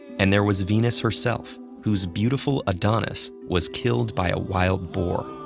and there was venus herself, whose beautiful adonis was killed by a wild boar.